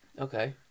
Okay